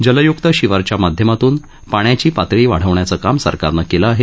जलय्क्त शिवारच्या माध्यमातून पाण्याची पातळी वाढवण्याचं काम सरकारनं केलं आहे